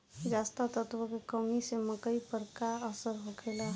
जस्ता तत्व के कमी से मकई पर का असर होखेला?